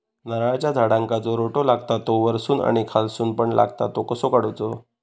नारळाच्या झाडांका जो रोटो लागता तो वर्सून आणि खालसून पण लागता तो कसो काडूचो?